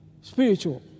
spiritual